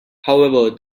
however